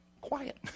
quiet